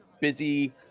busy